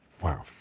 Wow